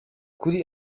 kuri